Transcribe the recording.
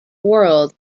world